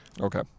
Okay